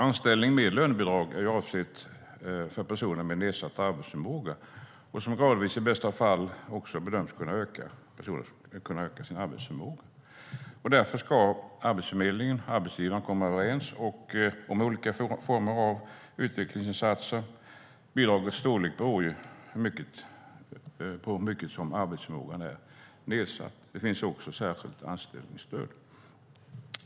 Anställning med lönebidrag är avsedd för personer med nedsatt arbetsförmåga som bedöms i bästa fall kunna öka gradvis. Därför ska Arbetsförmedlingen och arbetsgivaren komma överens om olika former av utvecklingsinsatser. Bidragets storlek beror på hur mycket som arbetsförmågan är nedsatt. Det finns också ett särskilt anställningsstöd.